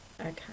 okay